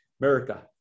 America